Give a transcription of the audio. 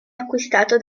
acquistato